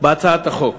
בהצעת החוק.